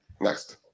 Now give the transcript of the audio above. Next